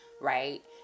right